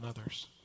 others